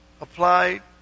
applied